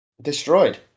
destroyed